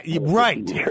Right